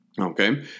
Okay